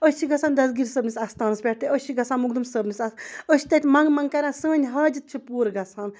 أسۍ چھِ گژھان دَستہٕ گیٖر صٲبنِس اَستانَس پٮ۪ٹھ تہِ أسۍ چھِ گژھان موٚخدوٗم صٲبنِس اَتھ أسۍ چھِ تَتہِ منٛگہٕ منٛگہٕ کَران سٲنۍ حاجت چھِ پوٗرٕ گژھان